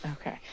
Okay